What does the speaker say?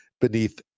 beneath